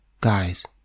Guys